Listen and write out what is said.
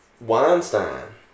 Weinstein